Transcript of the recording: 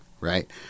Right